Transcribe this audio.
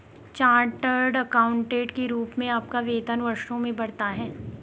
chartered accountant के रूप में आपका वेतन वर्षों में बढ़ता है